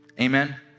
Amen